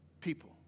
people